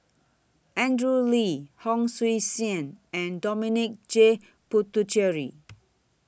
Andrew Lee Hon Sui Sen and Dominic J Puthucheary